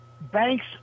banks